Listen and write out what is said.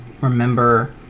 remember